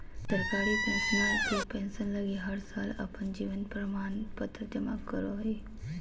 सरकारी पेंशनर के पेंसन लगी हर साल अपन जीवन प्रमाण पत्र जमा करो हइ